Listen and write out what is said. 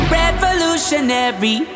revolutionary